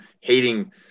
hating